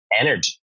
energy